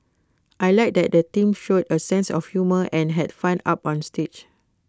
I Like that the teams showed A sense of humour and had fun up on stage